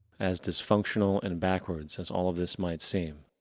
as dysfunctional and backwards as all of this might seem,